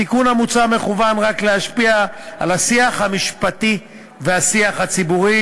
התיקון המוצע מכוון רק להשפיע על השיח המשפטי והשיח הציבורי,